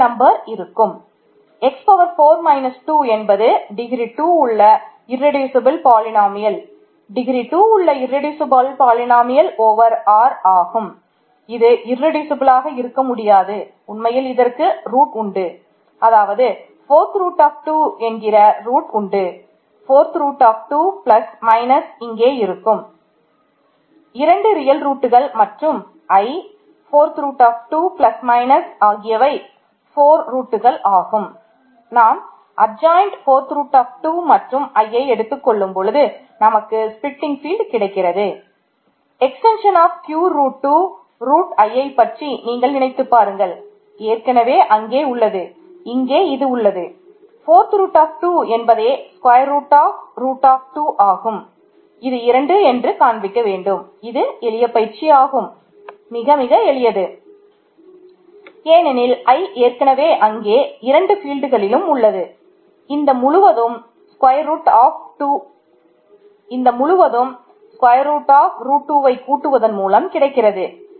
K உள்ளது இதன் ரூட்டுகள்கள் கிடைக்கிறது